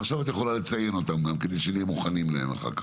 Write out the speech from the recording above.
עכשיו את יכולה גם לציין אותם כדי שנהיה מוכנים אליהם אחר כך.